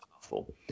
powerful